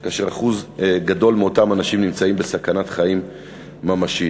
ואחוז גדול מאותם אנשים נמצאים בסכנת חיים ממשית,